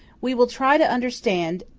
we will try to understand,